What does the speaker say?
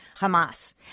Hamas